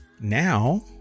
Now